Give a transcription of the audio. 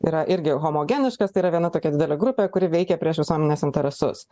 yra irgi homogeniškas tai yra viena tokia didelė grupė kuri veikia prieš visuomenės interesus